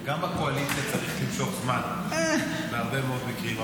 גם בקואליציה צריך למשוך זמן בהרבה מאוד מקרים.